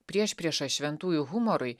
priešprieša šventųjų humorui